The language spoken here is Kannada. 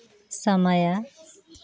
ಸಮಯ